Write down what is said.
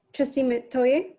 trustee metoyer.